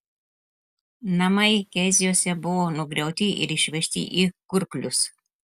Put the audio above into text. namai keziuose buvo nugriauti ir išvežti į kurklius